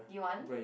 do you want